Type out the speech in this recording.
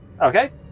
Okay